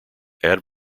add